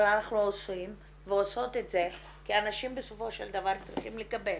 אבל אנחנו עושים ועושות את זה כי אנשים בסופו של דבר צריכים לקבל.